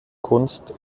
kunst